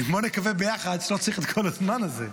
בוא נקווה ביחד שלא צריך את כל הזמן הזה.